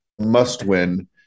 must-win